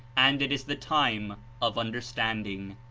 and it is the time of understanding.